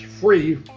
free